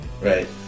Right